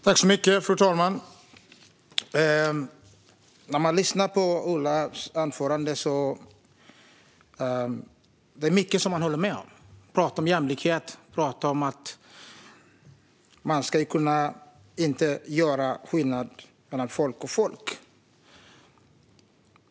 Fru talman! När jag lyssnar på Olas anförande är det mycket jag håller med om. Han talar om jämlikhet, om att man inte ska göra skillnad på folk och folk.